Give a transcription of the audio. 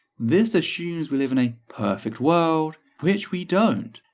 this assumes we live in a perfect world, which we don't.